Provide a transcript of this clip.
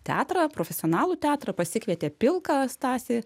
teatrą profesionalų teatrą pasikvietė pilką stasį